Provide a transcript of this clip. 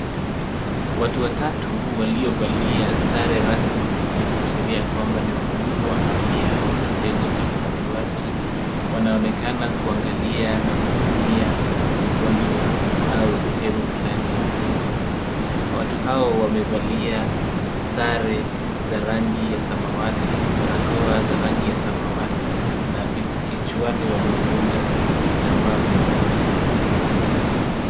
Watu watatu waliovalia sare rasmi ya kuashiria ya kwamba ni wahudumu wa afya wa kitengo cha upasuaji, wanaonekana kuangalia na kuhudumia mgonjwa au sehemu fulani ya mgonjwa. Watu hawa wamevalia sare za rangi ya samawati, barakoa za rangi ya samawati na kichwani wamefunga vitambaa vya rangi ya samawati.